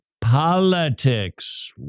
politics